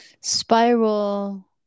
Spiral